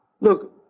Look